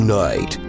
night